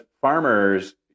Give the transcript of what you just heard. farmers